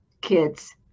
kids